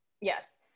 Yes